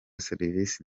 serivisi